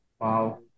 Wow